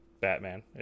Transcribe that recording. Batman